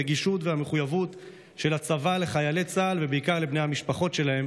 הרגישות והמחויבות של הצבא לחיילי צה"ל ובעיקר לבני המשפחות שלהם,